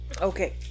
Okay